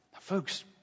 Folks